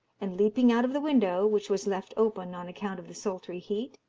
and leaping out of the window, which was left open on account of the sultry heat,